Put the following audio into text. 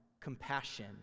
compassion